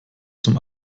zum